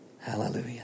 Hallelujah